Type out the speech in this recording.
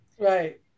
Right